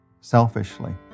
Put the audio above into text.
selfishly